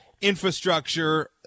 infrastructure